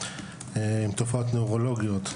עם תופעות נוירולוגיות,